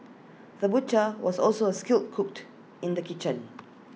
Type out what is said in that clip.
the butcher was also A skilled cook in the kitchen